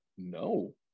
No